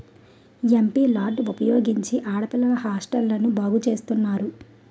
MP లార్డ్ వినియోగించి ఆడపిల్లల హాస్టల్ను బాగు చేస్తున్నారు